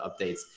updates